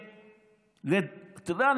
אתה יודע,